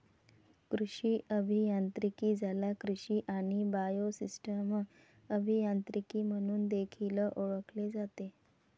कृषी अभियांत्रिकी, ज्याला कृषी आणि बायोसिस्टम अभियांत्रिकी म्हणून देखील ओळखले जाते